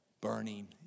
burning